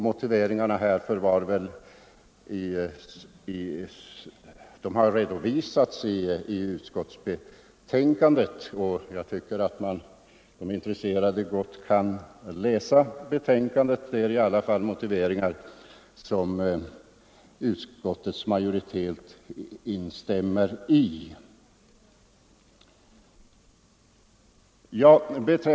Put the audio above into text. Motiveringen härför har redovisats i utskottsbetänkandet — de intresserade kan läsa den där. Utskottsmajoriteten instämmer i denna motivering.